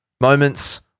moments